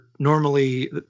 Normally